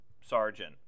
sergeant